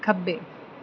ਖੱਬੇ